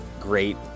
great